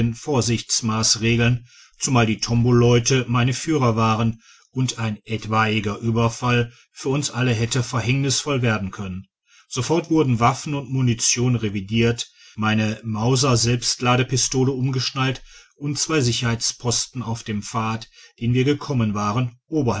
vorsichtsmassregeln zumal die tomboleute meine führer waren und ein etwaiger uebeifall für uns alle hätte verhängnisvoll werden können sofort wurden waffen und munition revidiert meine mauserselbstladepistole umgeschnallt und zwei sicherheitsposten auf dem pfad den wir gekommen waren